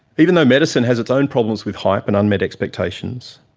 even though medicine has it's own problems with hype and unmet expectations,